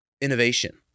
innovation